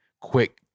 quick